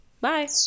bye